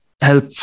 help